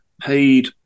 paid